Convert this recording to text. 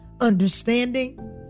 understanding